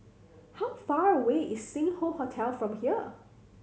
how far away is Sing Hoe Hotel from here